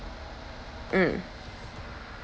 mm